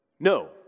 No